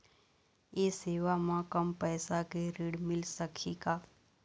ये सेवा म कम पैसा के ऋण मिल सकही का?